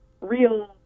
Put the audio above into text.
real